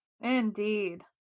indeed